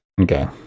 Okay